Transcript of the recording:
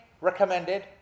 recommended